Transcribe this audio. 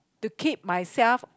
to keep myself